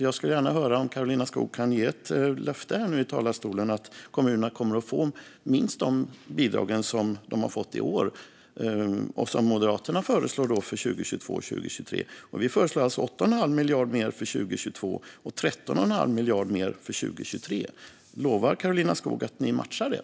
Jag vill gärna höra om Karolina Skog kan ge ett löfte nu i talarstolen om att kommunerna kommer att få minst de bidrag som de har fått i år och som Moderaterna föreslår för 2022 och 2023. Vi föreslår 8 1⁄2 miljard mer för 2022 och 13 1⁄2 miljard mer för 2023. Lovar Karolina Skog att ni matchar det?